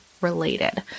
related